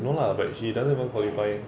no lah but she doesn't even qualify